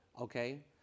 Okay